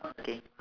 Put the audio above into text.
K